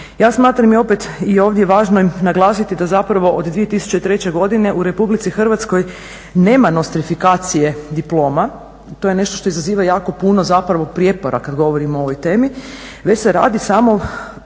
Ja smatram i opet i ovdje je važno naglasiti da zapravo od 2003. godine u RH nema … diploma, to je nešto što izaziva jako puno zapravo prijepora, kad govorimo o ovoj temi, već se radi samo